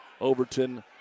Overton